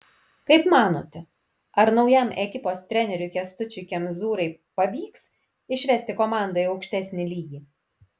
kaip manote ar naujam ekipos treneriui kęstučiui kemzūrai pavyks išvesti komandą į aukštesnį lygį